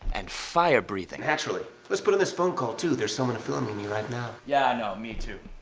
and fire-breathing. actually let's put on this phone call too, there's someone filming me right now. yeah, i know me too.